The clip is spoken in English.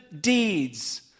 deeds